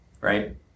Right